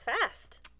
fast